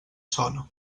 sona